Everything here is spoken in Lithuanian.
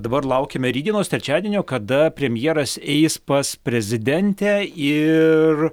dabar laukiame rytdienos trečiadienio kada premjeras eis pas prezidentę ir